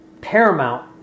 Paramount